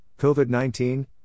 COVID-19